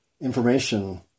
information